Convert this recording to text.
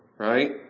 Right